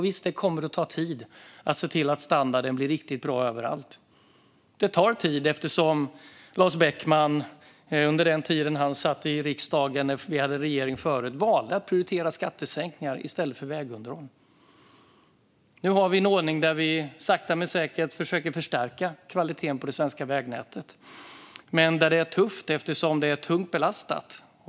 Visst, det kommer att ta tid att se till att standarden blir riktigt bra överallt. Det tar tid, eftersom Lars Beckman och hans parti under den tid han satt i riksdagen och vi hade en moderatledd regering valde att prioritera skattesänkningar i stället för vägunderhåll. Nu har vi en ordning där vi sakta men säkert försöker att förstärka kvaliteten på det svenska vägnätet. Men det är tufft, eftersom det är tungt belastat.